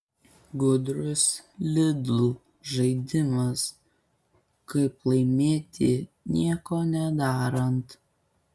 gudrus lidl žaidimas kaip laimėti nieko nedarant